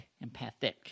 Empathic